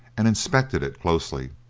and inspected it closely.